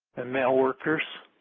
and male workers.